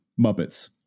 Muppets